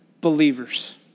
believers